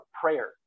prayer